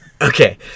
Okay